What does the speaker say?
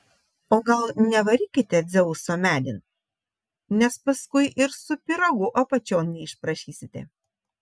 o gal nevarykite dzeuso medin nes paskui ir su pyragu apačion neišprašysite